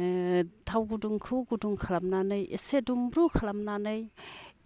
ओ थाव गुदुंखौ गुदुं खालामनानै एसे दुंब्रु खालामनानै